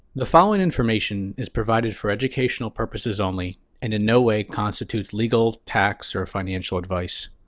the following information is provided for educational purposes only and in no way constitutes legal, tax, or financial advice.